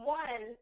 one